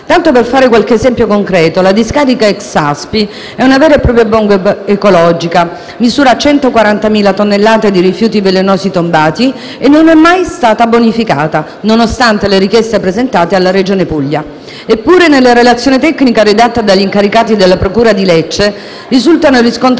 Tanto per fare qualche esempio concreto, la discarica ex Saspi è una vera e propria bomba ecologica, misura 140.000 tonnellate di rifiuti velenosi tombati e non è mai stata bonificata, nonostante le richieste presentate alla Regione Puglia. Eppure, nella relazione tecnica redatta dagli incaricati della procura di Lecce, risultano riscontrate